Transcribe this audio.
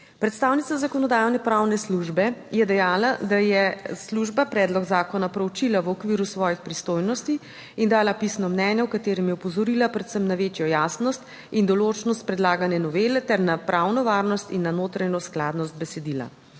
Predstavnica Zakonodajno-pravne službe je dejala, da je služba predlog zakona proučila v okviru svojih pristojnosti in dala pisno mnenje, v katerem je opozorila predvsem na večjo jasnost in določnost predlagane novele ter na pravno varnost in na notranjo skladnost besedila.